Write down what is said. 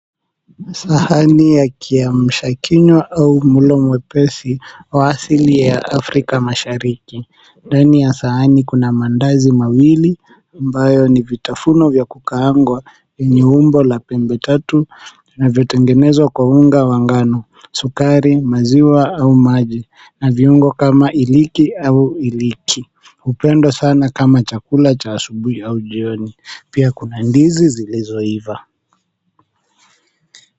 Sahani ya kiamsha kinywa au mlo mwepesi wa asili ya Afrika Mashariki. Ndani ya sahani kuna maandazi mawili ambayo ni vitafuno vya kukaangwa vyenye umbo la pembe tatu vinavyotengenezwa kwa unga wa ngano, sukari, maziwa au maji na viungo kama iliki au iliki, hupendwa sana kama chakula cha asubuhi au jioni pia kuna ndizi zilizoiva.